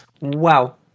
wow